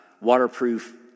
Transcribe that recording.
waterproof